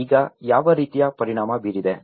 ಈಗ ಯಾವ ರೀತಿಯ ಪರಿಣಾಮ ಬೀರಿದೆ